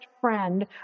friend